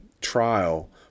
trial